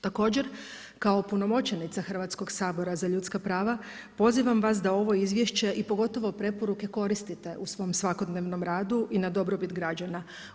Također, kao opunomoćenica Hrvatskog sabora za ljudska prava, pozivam vas da ovo izvješće i pogotovo preporuke koristite u svom svakodnevnom radu i na dobrobit građana.